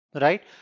right